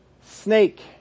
snake